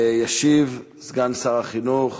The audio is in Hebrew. ישיב סגן שר החינוך